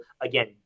again